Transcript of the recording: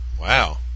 wow